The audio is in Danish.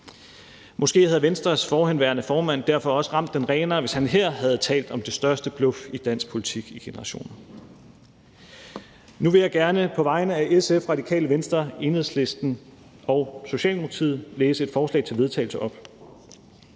Måske havde Venstres forhenværende formand derfor også ramt den renere, hvis han her havde talt om det største bluff i dansk politik i generationer. Nu vil jeg gerne på vegne af SF, Radikale Venstre, Enhedslisten og Socialdemokratiet læse et forslag til vedtagelse op: